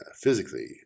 physically